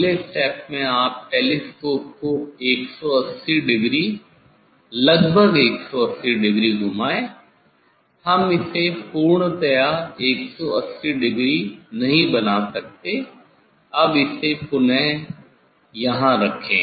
अगले स्टेप में आप टेलीस्कोप को 180 डिग्री लगभग 180 डिग्री घुमाये हम इसे पूर्णतया 180 डिग्री नहीं बना सकते अब इसे पुनः यहाँ रखे